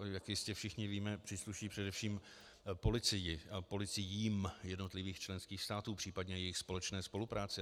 To, jak jistě všichni víme, přísluší především policii a policiím jednotlivých členských států, případně jejich společné spolupráce.